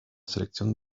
selección